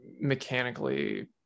mechanically